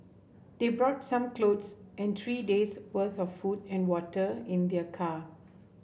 they brought some clothes and three day's worth of food and water in their car